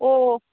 ꯑꯣ